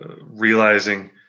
realizing